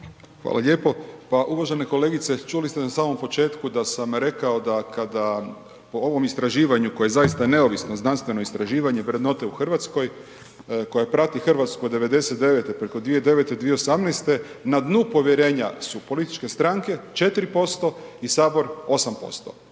Hvala lijepa. Pa uvažena kolegice, čuli ste na samom početku da sam rekao da kada po ovom istraživanju koje je zaista neovisno znanstveno istraživanje vrednote u Hrvatskoj, koja prati Hrvatsku od '99. preko 2009., 2018., na dnu povjerenja su političke stranke, 4% i Sabor 8%.